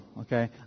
okay